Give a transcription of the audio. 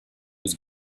was